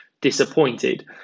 disappointed